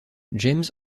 james